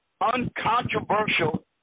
uncontroversial